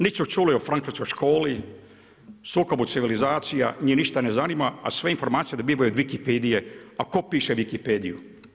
Niti su ćuli o francuskoj školi, sukobu civilizacija, njih ništa ne zanima, a sve informacije dobivaju od Wikipedije, a tko piše Wikipediju?